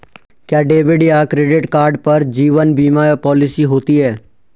क्या डेबिट या credit card पर जीवन बीमा पॉलिसी होती है?